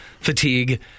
fatigue